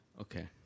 okay